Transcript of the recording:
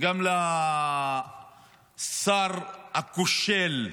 גם לשר הכושל,